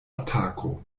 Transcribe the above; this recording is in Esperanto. atako